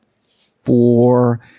four